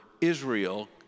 Israel